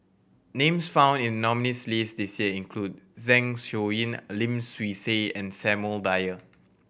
names found in nominees' list this year include Zeng Shouyin Lim Swee Say and Samuel Dyer